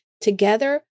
Together